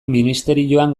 ministerioan